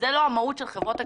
זו לא המהות של חברות הגבייה.